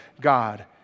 God